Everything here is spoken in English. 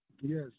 Yes